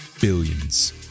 billions